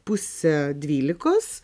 pusę dvylikos